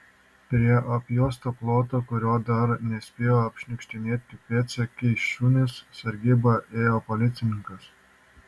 prie apjuosto ploto kurio dar nespėjo apšniukštinėti pėdsekiai šunys sargybą ėjo policininkas